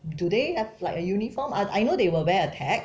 do they have like a uniform I I know they will wear a tag